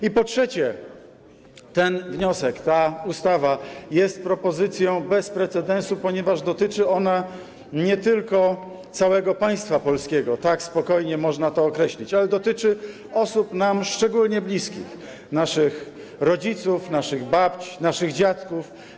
I po trzecie, ten wniosek, ta ustawa jest propozycją bez precedensu, ponieważ nie tylko dotyczy całego państwa polskiego, tak spokojnie można to określić, ale dotyczy osób nam szczególnie bliskich, naszych rodziców, naszych babć, naszych dziadków.